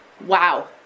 Wow